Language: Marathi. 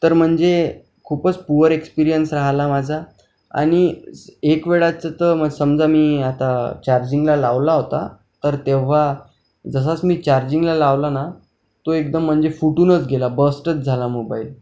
तर म्हणजे खूपच पुअर एक्सपीरियन्स राहिला माझा आणि एक वेळा तर समजा मी आता चार्जिंगला लावला होता तर तेव्हा जसाच मी चार्जिंगला लावला ना तो एकदम म्हणजे फुटूनच गेला बस्टच झाला मोबाईल